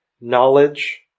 knowledge